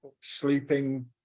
sleeping